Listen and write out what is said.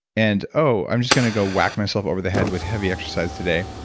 and oh, i'm just going to go whack myself over the head with heavy exercise today.